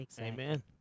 Amen